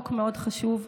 הוא חוק מאוד חשוב,